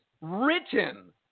written